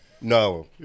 No